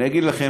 אני אגיד לכם,